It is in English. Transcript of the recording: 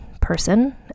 person